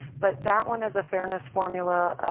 but that one is a fairness formula,